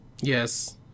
Yes